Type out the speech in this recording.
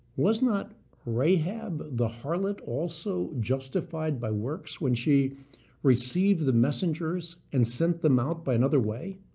was not rahab the harlot also justified by works when she received the messengers and sent them out by another way?